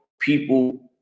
people